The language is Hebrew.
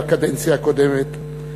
בקדנציה הקודמת,